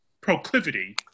proclivity